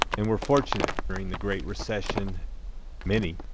and we're fortunate. during the great recession many,